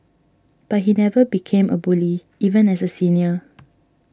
but he never became a bully even as a senior